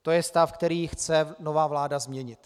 To je stav, který chce nová vláda změnit.